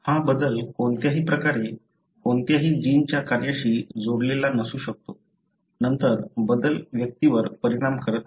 हा बदल कोणत्याही प्रकारे कोणत्याही जीनच्या कार्याशी जोडलेला नसू शकतो नंतर बदल व्यक्तीवर परिणाम करत नाही